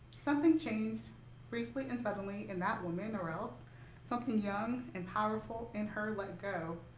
something changed briefly and suddenly in that woman, or else something young and powerful in her let go.